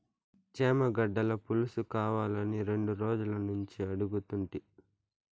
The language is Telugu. చేమగడ్డల పులుసుకావాలని రెండు రోజులనుంచి అడుగుతుంటి